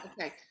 okay